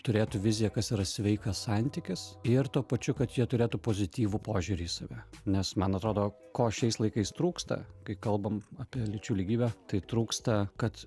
turėtų viziją kas yra sveikas santykis ir tuo pačiu kad čia turėtų pozityvų požiūrį į save nes man atrodo ko šiais laikais trūksta kai kalbam apie lyčių lygybę tai trūksta kad